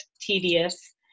tedious